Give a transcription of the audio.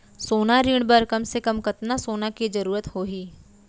सोना ऋण बर कम से कम कतना सोना के जरूरत होही??